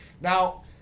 Now